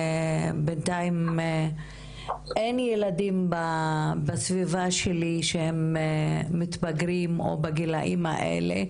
בינתיים אין ילדים בסביבה שלי שהם מתבגרים או בגילאים האלה,